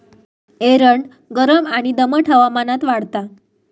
एरंड गरम आणि दमट हवामानात वाढता